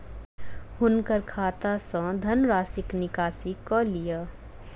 हुनकर खाता सॅ धनराशिक निकासी कय लिअ